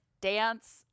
dance